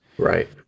Right